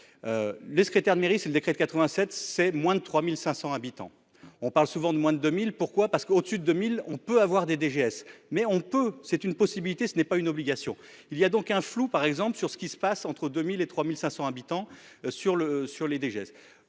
Le secrétaire de mairie, c'est le décret de 87, c'est moins de 3500 habitants. On parle souvent de moins de 2000. Pourquoi, parce qu'au sud de 1000 on peut avoir des DGS mais on peut c'est une possibilité, ce n'est pas une obligation, il y a donc un flou par exemple sur ce qui se passe entre 2000 et 3500 habitants sur le, sur